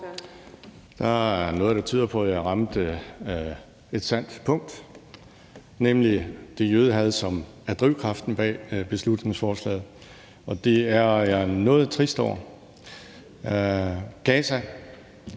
Der er noget, der tyder på, at jeg ramte noget, der var sandt, nemlig det jødehad, som er drivkraften bag beslutningsforslaget. Det er jeg noget trist over. Gaza